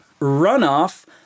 Runoff